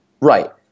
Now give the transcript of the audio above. Right